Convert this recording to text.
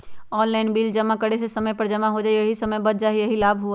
Online bill जमा करे से समय पर जमा हो जतई और समय भी बच जाहई यही लाभ होहई?